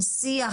שיח,